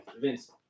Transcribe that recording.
Vince